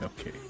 Okay